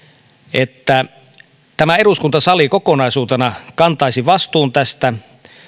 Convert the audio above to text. että tämä eduskuntasali kokonaisuutena kantaisi vastuun tästä